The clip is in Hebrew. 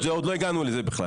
עוד לא הגענו לזה בכלל.